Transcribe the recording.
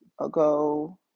ago